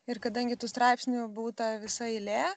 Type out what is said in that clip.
ir kadangi tų straipsnių būta visa eilė